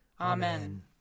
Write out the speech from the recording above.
Amen